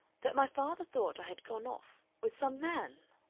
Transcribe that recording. that my father thought i had gone off with some man?